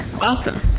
awesome